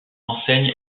enseigne